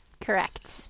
correct